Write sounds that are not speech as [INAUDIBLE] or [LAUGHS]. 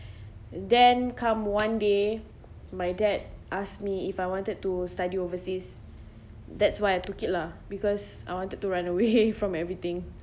then come one day my dad asked me if I wanted to study overseas that's why I took it lah because I wanted to run away [LAUGHS] from everything